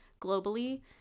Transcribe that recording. globally